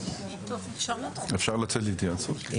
אפשר לצאת להתייעצות?